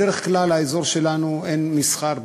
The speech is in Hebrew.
בדרך כלל האזור שלנו, אין בו מסחר,